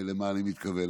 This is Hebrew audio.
למה אני מתכוון.